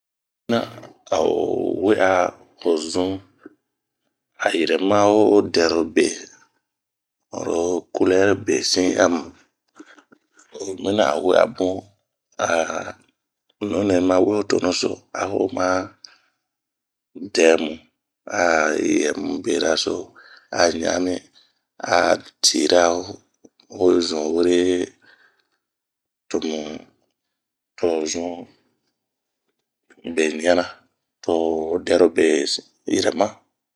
Oyi mina ao wea o zun,a yirɛma ho dɛrobe, oro kulɛri, a nunɛ ma we ho tonuso a ho ma dɛmu a yɛmu beraso, aɲaanmi a tira ho zun wure, tomu.. to ho zun be ɲiana, to ho dɛrobe yirɛma